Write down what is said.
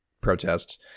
protests